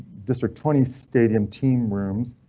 district twenty stadium team rooms.